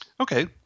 Okay